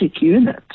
unit